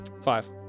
Five